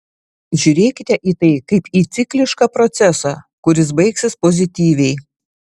žiūrėkite į tai kaip į ciklišką procesą kuris baigsis pozityviai